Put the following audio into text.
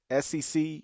SEC